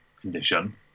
condition